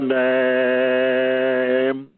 name